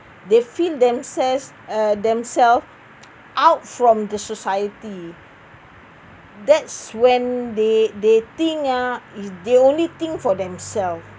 they feel themselves uh themselves out from the society that's when they they think ah is they only think for themselves